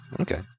Okay